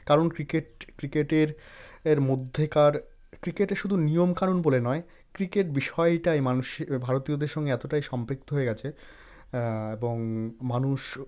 কারণ ক্রিকেট ক্রিকেটের এর মধ্যেকার ক্রিকেটে শুদু নিয়মকানুন বলে নয় ক্রিকেট বিষয়টাই মানুষ ভারতীয়দের সঙ্গে এতটাই সম্পৃক্ত হয়ে গেছে এবং মানুষ